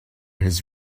his